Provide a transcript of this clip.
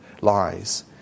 lies